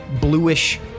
bluish